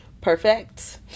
perfect